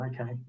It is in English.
okay